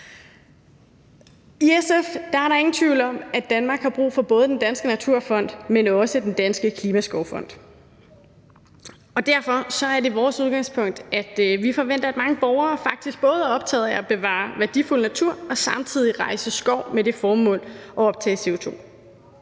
I SF er der ingen tvivl om, at Danmark har brug for både Den Danske Naturfond og Den Danske Klimaskovfond. Derfor er det vores udgangspunkt, at vi forventer, at mange borgere faktisk både er optaget af at bevare værdifuld natur og samtidig rejse skov med det formål at optage CO2.